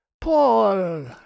Paul